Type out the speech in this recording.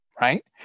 right